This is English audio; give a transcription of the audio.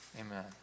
Amen